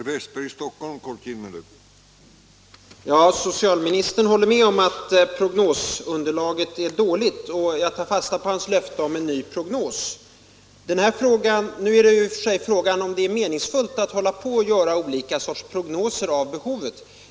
Herr talman! Socialministern håller med om att prognosunderlaget är dåligt, och jag tar fasta på hans löfte om en ny prognos. Frågan är om det egentligen är meningsfullt att göra olika sorters prognoser av behovet.